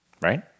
Right